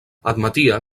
admetia